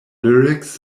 lyrics